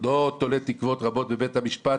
לא תולה תקוות רבות בבית המשפט,